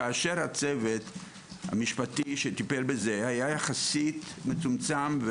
כאשר הצוות המשפטי שטיפל בזה היה יחסית מצומצם,